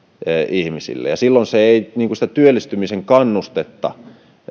ihmisille ja silloin se ei sitä työllistymisen kannustetta